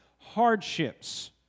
hardships